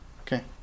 Okay